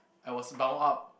I was boud up